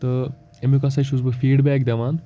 تہٕ اَمیُک ہَسا چھُس بہٕ فیٖڈبیک دِوان